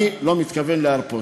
אני לא מתכוון להרפות.